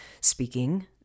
speaking